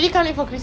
that's why